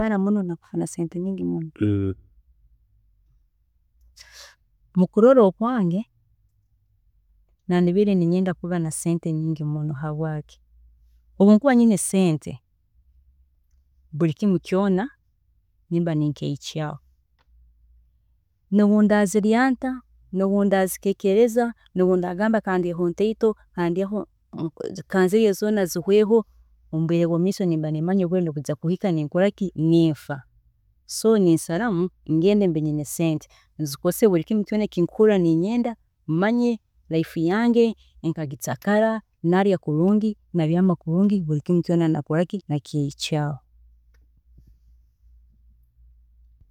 Mukurola okwange, nakubiire ninyenda kuba na sente nyingi habwokwaaki obu nkuba nyine sente, buri kimu kyoona nimba ninkyehikyaaho, nobu ndazirya nta, nobu ndazikeekereza, nobu ndagamba kandyeeho ntaito, kandyeeho kanzirye zoona zihweho omubwiire bwomumaiso nimba nimanya obwiire nibujya kuhika ninkoraki, ninfwa, so ninsalaho ngende nyiheyo sente nzikozese buri kimu kyoona ekinkuba ninyenda manye life yange nkajicakara, narya kulungi, nabyaama kulungi buri kimu kyoona nkakyehikyaaho